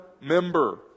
member